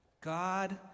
God